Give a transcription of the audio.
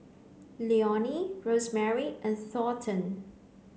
Leonie Rosemary and Thornton